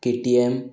KTM